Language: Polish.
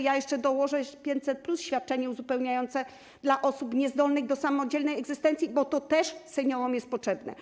Ja jeszcze dołożę 500+, świadczenie uzupełniające dla osób niezdolnych do samodzielnej egzystencji, bo to też seniorom jest potrzebne.